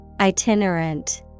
Itinerant